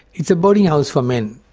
it's a boarding house for men,